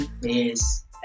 yes